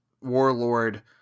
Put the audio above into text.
warlord